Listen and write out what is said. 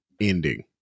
ending